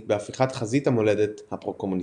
בהפיכת חזית המולדת הפרו-קומוניסטית.